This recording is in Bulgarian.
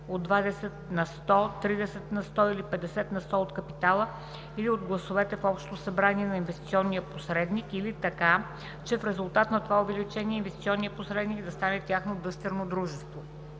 сто, тридесет на сто или петдесет на сто от капитала или от гласовете в общото събрание на инвестиционен посредник или така, че в резултат на това увеличение инвестиционният посредник да стане тяхно дъщерно дружество.